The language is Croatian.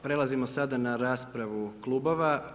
Prelazimo sada na raspravu klubova.